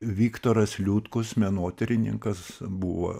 viktoras liutkus menotyrininkas buvo